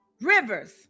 Rivers